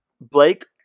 Blake